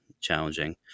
challenging